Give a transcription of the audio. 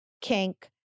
kink